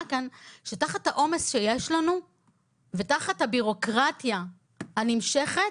כאן שתחת העומס שיש לנו ותחת הבירוקרטיה הנמשכת